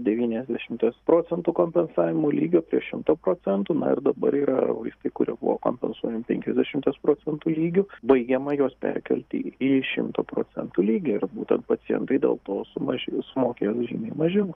devyniasdešimties procentų kompensavimo lygio prie šimto procentų ir dabar yra vaistai kurie buvo kompensuojami penkiasdešimties procentų lygiu baigiama juos perkelti į šimto procentų lygį ir būtent pacientai dėl to sumažėjus sumokės žymiai mažiau